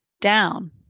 Down